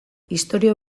istorio